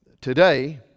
today